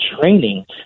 training